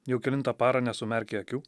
jau kelintą parą nesumerki akių